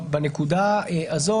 בנקודה הזאת,